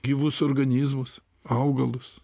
gyvus organizmus augalus